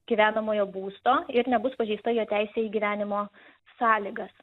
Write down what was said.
gyvenamojo būsto ir nebus pažeista jo teisė į gyvenimo sąlygas